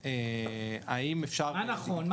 האם אפשר --- מה נכון?